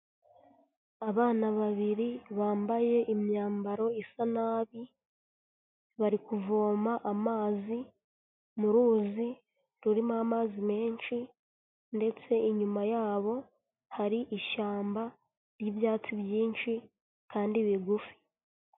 Abana babiri bambaye imyambaro isa nabi bari kuvoma amazi mu ruzi rurimo amazi menshi ndetse inyuma yabo hari ishyamba ry'ibyatsi byinshi kandi bigufi.